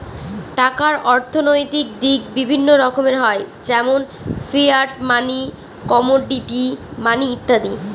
টাকার অর্থনৈতিক দিক বিভিন্ন রকমের হয় যেমন ফিয়াট মানি, কমোডিটি মানি ইত্যাদি